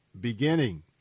beginning